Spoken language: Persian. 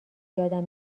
یادم